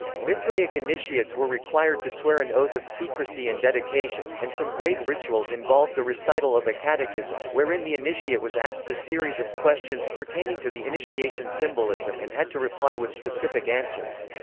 mithraic initiates were required to swear an oath of secrecy and dedication, and some grade rituals involved the recital of a catechism, wherein the initiate was asked a series of questions pertaining to the initiation symbolism and had to reply with specific answers.